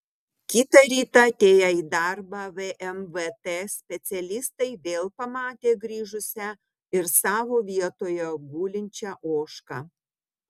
kitą rytą atėję į darbą vmvt specialistai vėl pamatė grįžusią ir savo vietoje gulinčią ožką